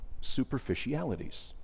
superficialities